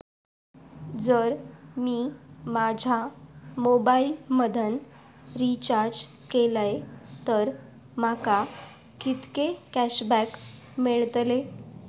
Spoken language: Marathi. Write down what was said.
जर मी माझ्या मोबाईल मधन रिचार्ज केलय तर माका कितके कॅशबॅक मेळतले?